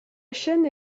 chaîne